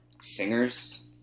singers